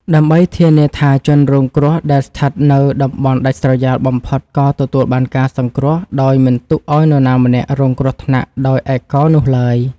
ដើម្បីធានាថាជនរងគ្រោះដែលស្ថិតនៅតំបន់ដាច់ស្រយាលបំផុតក៏ទទួលបានការសង្គ្រោះដោយមិនទុកឱ្យនរណាម្នាក់រងគ្រោះថ្នាក់ដោយឯកោនោះឡើយ។